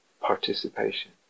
participation